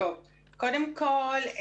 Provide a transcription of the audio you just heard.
קודם כל,